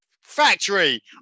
Factory